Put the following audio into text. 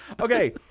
Okay